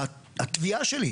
והתביעה שלי,